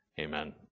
Amen